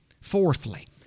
Fourthly